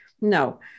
No